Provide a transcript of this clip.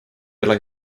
ole